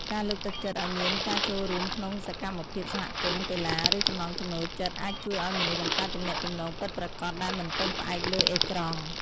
ការលើកទឹកចិត្តឱ្យមានការចូលរួមក្នុងសកម្មភាពសហគមន៍ កីឡា ឬចំណង់ចំណូលចិត្តអាចជួយឱ្យមនុស្សបង្កើតទំនាក់ទំនងពិតប្រាកដដែលមិនពឹងផ្អែកលើអេក្រង់។